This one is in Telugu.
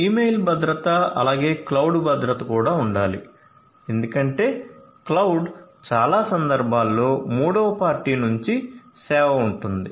ఇమెయిల్ భద్రత అలాగే క్లౌడ్ భద్రత కూడా ఉండాలి ఎందుకంటే క్లౌడ్ చాలా సందర్భాలలో మూడవ పార్టీ నుండి సేవ ఉంటుంది